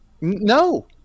No